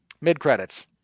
Mid-credits